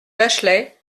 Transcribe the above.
bachelay